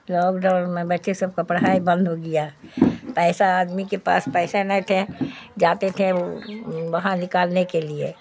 lock down میں بچے سب کا پڑھائی بند ہو گیا پیسہ آدمی کے پاس پیسہ نہیں تھے جاتے تھے وہاں نکالنے کے لیے